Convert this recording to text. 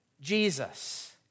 Jesus